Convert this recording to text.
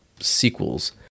sequels